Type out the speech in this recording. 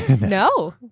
No